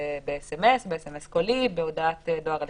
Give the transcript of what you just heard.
בסמ"ס, בסמ"ס קולי, בהודעת דואר אלקטרוני.